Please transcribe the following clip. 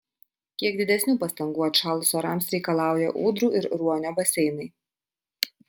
kiek didesnių pastangų atšalus orams reikalauja ūdrų ir ruonio baseinai